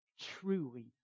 truly